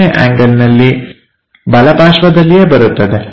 ಮೂರನೇ ಆಂಗಲ್ನಲ್ಲಿ ಬಲಪಾರ್ಶ್ವದಲ್ಲಿಯೇ ಬರುತ್ತದೆ